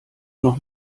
noch